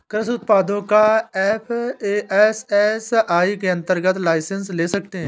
कृषि उत्पादों का एफ.ए.एस.एस.आई के अंतर्गत लाइसेंस ले सकते हैं